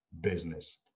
business